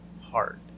heart